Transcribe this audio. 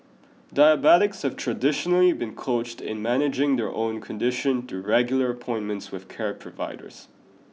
diabetics have traditionally been coached in managing their own condition through regular appointments with care providers